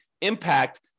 impact